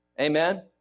Amen